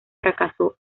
fracasó